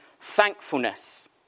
thankfulness